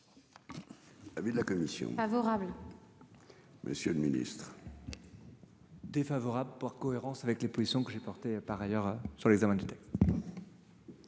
Ah, de la commission favorable, Monsieur le Ministre. Défavorable par cohérence avec les positions que j'ai porté par ailleurs sur l'examen du texte.